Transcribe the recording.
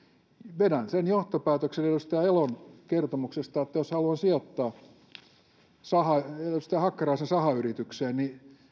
vedän sen johtopäätöksen edustaja elon kertomuksesta että jos haluan sijoittaa edustaja hakkaraisen sahayritykseen niin